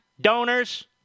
donors